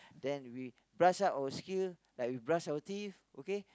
then we brush up our skill like we brush our teeth okay